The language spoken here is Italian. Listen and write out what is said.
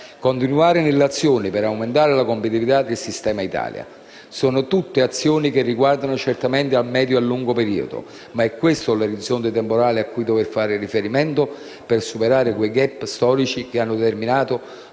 continuare nelle azioni per aumentare la competitività del sistema Italia. Tutte queste azioni guardano certamente al medio e lungo periodo, ma è questo l'orizzonte temporale a cui dover fare riferimento per superare quei *gap* storici che hanno determinato fragilità